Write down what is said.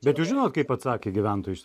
bet jūs žinot kaip atsakė gyventojai šitą